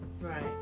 Right